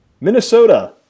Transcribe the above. Minnesota